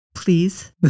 Please